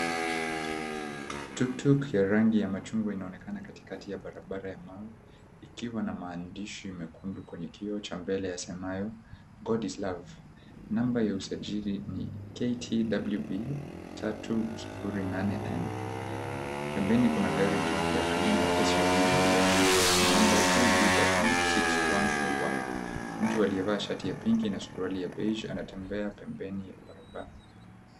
Tuktuk ya rangi ya machungwa, inaonekana katikati ya barabara ya mawe. Ikiwa na maandishi mekundu kwenye kioo cha mbele, yasemayo, God is Love. Namba ya usajili ni, KTWP 308N. Pembeni kuna gari jeupe aina ya SUV, lenye namba, KBW 612Y. Mtu aliyevaa shati ya pinki na suruali ya beiji , anatembea pembeni barabara.